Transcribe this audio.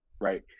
Right